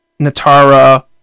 natara